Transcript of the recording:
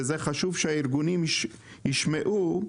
וחשוב שהארגונים ישמעו,